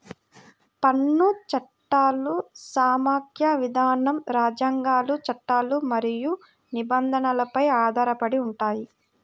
పన్ను చట్టాలు సమాఖ్య విధానం, రాజ్యాంగాలు, చట్టాలు మరియు నిబంధనలపై ఆధారపడి ఉంటాయి